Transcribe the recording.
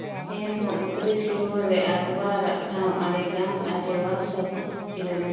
ᱮᱱᱦᱚᱸ ᱩᱛᱨᱤ ᱥᱤᱢᱟᱹ ᱨᱮ ᱟᱠᱵᱚᱨᱟᱜ ᱴᱷᱟᱶ ᱟᱹᱰᱤᱜᱟᱱ ᱟᱡᱳᱣᱟᱱ ᱥᱟᱹᱵᱩᱫ ᱞᱮᱱᱟ